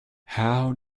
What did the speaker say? how